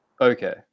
Okay